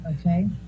okay